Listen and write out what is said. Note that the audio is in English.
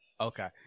Okay